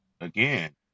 Again